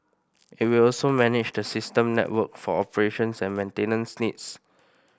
it will also manage the system network for operations and maintenance needs